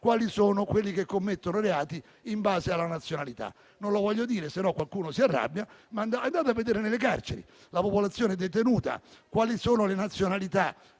chi sono quelli che commettono reati in base alla nazionalità. Non lo voglio dire altrimenti qualcuno si arrabbia, ma andate a vedere nelle carceri la popolazione detenuta e verificate quali sono le nazionalità